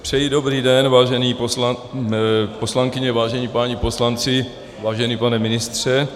Přeji dobrý den, vážené poslankyně, vážení páni poslanci, vážený pane ministře.